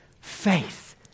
faith